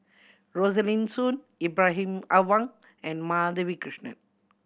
Rosaline Soon Ibrahim Awang and Madhavi Krishnan